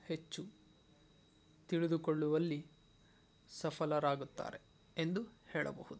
ಹೆಚ್ಚು ತಿಳಿದುಕೊಳ್ಳುವಲ್ಲಿ ಸಫಲರಾಗುತ್ತಾರೆ ಎಂದು ಹೇಳಬಹುದು